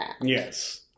Yes